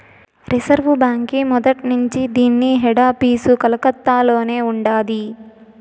reserve బాంకీ మొదట్నుంచీ దీన్ని హెడాపీసు కలకత్తలోనే ఉండాది